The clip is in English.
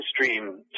stream